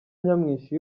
nyamwinshi